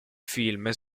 film